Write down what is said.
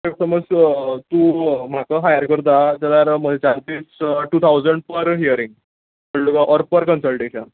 if समज तूं म्हाका हायर करता जाल्यार म्हजे charges two thousand per hearing कळ्ळें तुका ऑर पर कन्सलटेशन